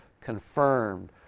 confirmed